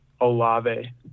Olave